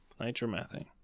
Nitromethane